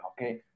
okay